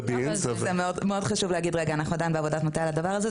אנחנו עדיין בעבודת מטה על הדבר הזה,